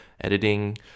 editing